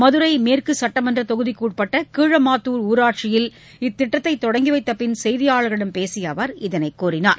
மதுரை மேற்கு சட்டமன்ற தொகுதிக்குட்பட்ட கீழமாத்தூர் ஊராட்சியில் இத்திட்டத்தை தொடங்கி வைத்த பின் செய்தியாளர்களிடம் பேசிய அவர் இதனை தெரிவித்தார்